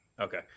okay